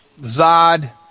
Zod